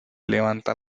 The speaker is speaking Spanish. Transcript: levanta